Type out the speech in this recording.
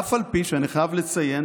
אף על פי שאני חייב לציין